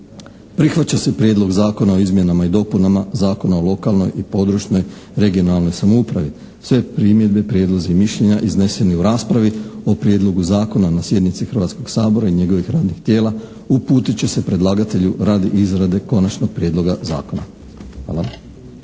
Prihvaća se Prijedlog zakona o izmjenama i dopunama Zakona o lokalnoj i područnoj regionalnoj samoupravi. Sve primjedbe, prijedlozi i mišljenja izneseni u raspravi o prijedlogu zakona na sjednici Hrvatskog sabora i njegovih radnih tijela uputit će se predlagatelju radi izrade Konačnog prijedloga zakona.